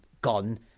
gone